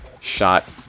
shot